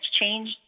change